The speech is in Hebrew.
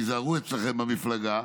תיזהרו אצלכם במפלגה.